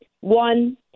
One